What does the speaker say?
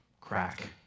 crack